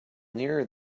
nearer